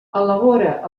elabora